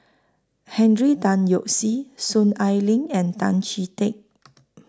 Henry Tan Yoke See Soon Ai Ling and Tan Chee Teck